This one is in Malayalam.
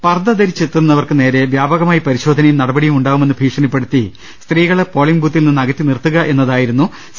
പർദ്ദ ധരിച്ചെത്തുന്നവർക്ക് ിനേരെ വ്യാപകമായി പരിശോധനയും നടപടിയും ഉണ്ടാവുമെന്ന് ഭീഷണി പ്പെടുത്തി സ്ത്രീകളെ പോളിംഗ് ബൂത്തിൽനിന്ന് അകറ്റി നിർത്തുകയെന്നതായിരുന്നു സി